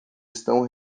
estão